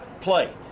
play